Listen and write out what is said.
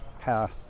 power